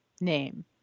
name